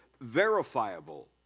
verifiable